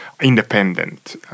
independent